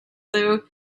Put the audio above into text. though